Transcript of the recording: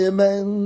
Amen